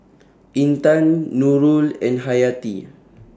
Intan Nurul and Hayati